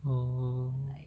oh